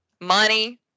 money